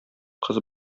кыз